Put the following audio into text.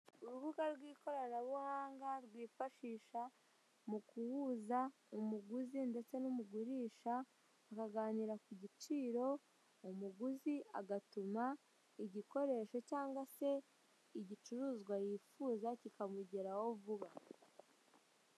Urubuga rw'ikoranabuhanga rwifashisha mu kuwuza umuguzi ndetse n'umugurisha akaganira ku giciro umuguzi agatuma igikoresho cyangwa se igicuruzwa yifuza kikamugeraho vuba.